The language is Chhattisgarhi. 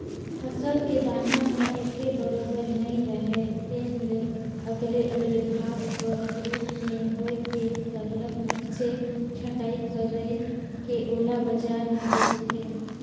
फसल के दाना ह एके बरोबर नइ राहय तेन ले अलगे अलगे भाग कर रूप में होए के सरलग मइनसे छंटई कइर के ओला बजार में बेंचथें